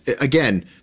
Again